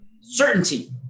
Certainty